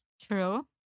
True